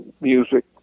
music